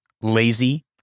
lazy